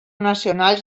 nacionals